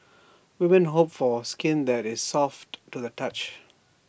women hope for skin that is soft to the touch